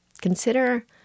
Consider